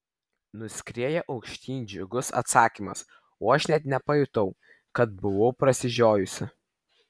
nuskrieja aukštyn džiugus atsakymas o aš net nepajutau kad buvau prasižiojusi